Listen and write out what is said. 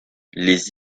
les